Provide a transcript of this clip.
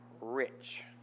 rich